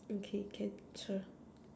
okay can